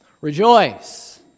Rejoice